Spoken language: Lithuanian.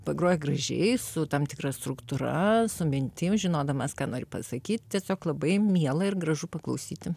pagroja gražiai su tam tikra struktūra su mintim žinodamas ką nori pasakyti tiesiog labai miela ir gražu paklausyti